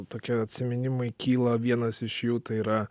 tokie atsiminimai kyla vienas iš jų tai yra